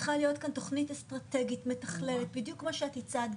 צריכה להיות כאן תכנית אסטרטגית מתכללת בדיוק כמו שאת הצעת,